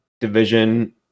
division